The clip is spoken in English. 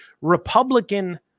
Republican